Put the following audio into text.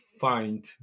find